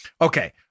Okay